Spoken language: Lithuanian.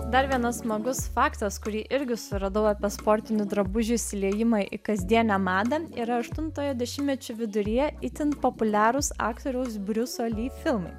dar vienas smagus faktas kurį irgi suradau apie sportinių drabužių įsiliejimą į kasdienę madą yra aštuntojo dešimtmečio viduryje itin populiarūs aktoriaus briuso li filmai